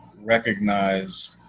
recognize